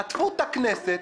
חטפו את הכנסת